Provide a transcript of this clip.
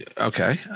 okay